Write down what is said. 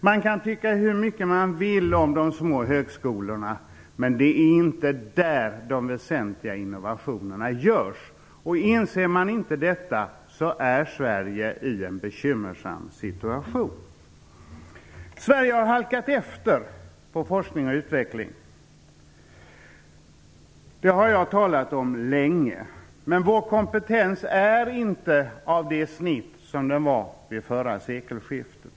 Man kan tycka hur mycket man vill om de små högskolorna, men det är inte där de väsentliga innovationerna görs. Inser man inte detta är Sverige i en bekymmersam situation. Sverige har halkat efter när det gäller forskning och utveckling. Det har jag talat om länge. Vår kompetens är inte av det snitt som den var vid förra sekelskiftet.